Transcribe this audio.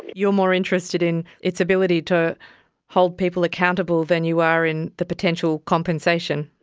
you're more interested in its ability to hold people accountable than you are in the potential compensation?